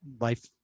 life